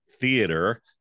theater